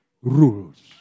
rules